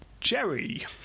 Jerry